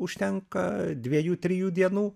užtenka dviejų trijų dienų